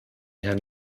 herrn